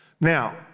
Now